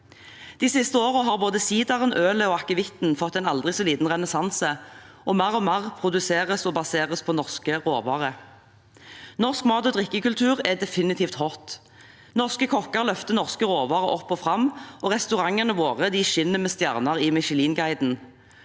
De siste årene har både sideren, ølet og akevitten fått en aldri så liten renessanse, og mer og mer produseres og baseres på norske råvarer. Norsk mat- og drikkekultur er definitivt «hot». Norske kokker løfter norske råvarer opp og fram, og restaurantene våre skinner med stjerner i Michelinguiden.